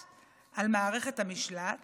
על מערכת המשפט,